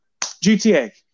GTA